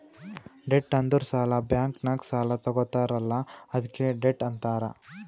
debt ಅಂದುರ್ ಸಾಲ, bank ನಾಗ್ ಸಾಲಾ ತಗೊತ್ತಾರ್ ಅಲ್ಲಾ ಅದ್ಕೆ ಡೆಟ್ ಅಂತಾರ್